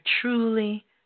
truly